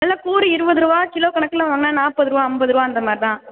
எல்லா கூறு இருபதுருவா கிலோ கணக்கில் வாங்கனா நாற்பதுருவா ஐம்பதுருவான்ற மாதிரி தான்